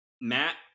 Matt